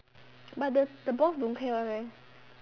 but the the boss don't care one meh